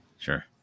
sure